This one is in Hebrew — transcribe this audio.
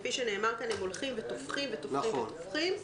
שכפי שנאמר כאן הם הולכים ותופחים ותופחים ותופחים.